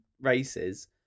races